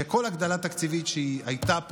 היא שכל הגדלה תקציבית שהיא הייתה פה,